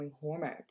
hormones